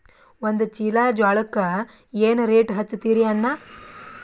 ಒಂದ ಚೀಲಾ ಜೋಳಕ್ಕ ಏನ ರೇಟ್ ಹಚ್ಚತೀರಿ ಅಣ್ಣಾ?